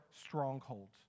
strongholds